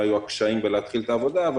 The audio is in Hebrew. מה היו הקשיים בלהתחיל את העבודה.